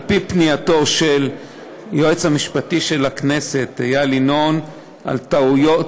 על-פי פנייתו של היועץ המשפטי של הכנסת איל ינון לתיקון